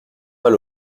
mal